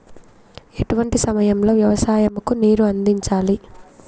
ఎలాంటి సమయం లో వ్యవసాయము కు నీరు అందించాలి?